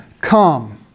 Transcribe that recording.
come